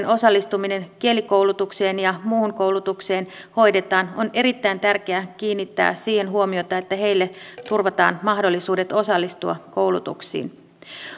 osallistuminen kielikoulutukseen ja muuhun koulutukseen hoidetaan on erittäin tärkeää kiinnittää siihen huomiota että heille turvataan mahdollisuudet osallistua koulutuksiin